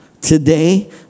Today